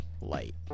light